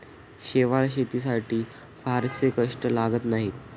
शेवाळं शेतीसाठी फारसे कष्ट लागत नाहीत